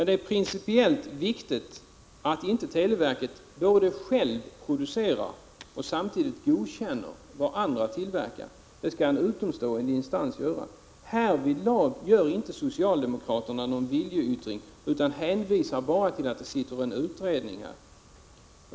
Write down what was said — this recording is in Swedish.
Det är principiellt viktigt att televerket inte både självt producerar och samtidigt godkänner vad andra tillverkar — det skall en utomstående instans göra. Härvidlag visar inte socialdemokraterna någon viljeyttring, utan de hänvisar bara till en utredning.